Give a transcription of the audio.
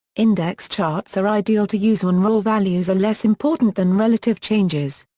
index charts are ideal to use when raw values are less important than relative changes.